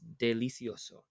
delicioso